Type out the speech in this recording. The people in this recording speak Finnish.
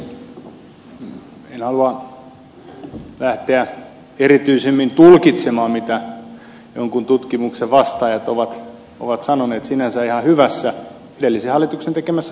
en halua lähteä erityisemmin tulkitsemaan mitä jonkun tutkimuksen vastaajat ovat sanoneet sinänsä ihan hyvässä edellisen hallituksen tekemässä tutkimuksessa